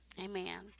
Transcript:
Amen